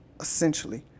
essentially